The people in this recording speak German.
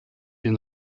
den